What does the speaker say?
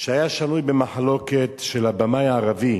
שהיה שנוי במחלוקת, של הבמאי הערבי